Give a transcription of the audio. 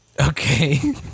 Okay